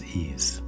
ease